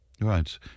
Right